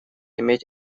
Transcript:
иметь